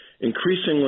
increasingly